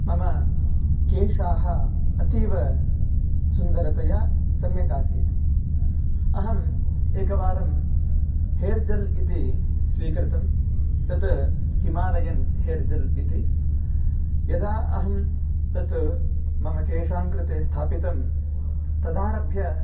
मम केशाः अतीवसुन्दरतया सम्यक् आसीत् अहम् एकवारं हेर्जेल् इति स्वीकृतं तत् हिमालयन् हेर्जेल् इति यदा अहं तत् मम केशान् कृते स्थापितं तदारभ्य